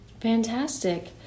Fantastic